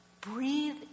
Breathe